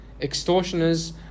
extortioners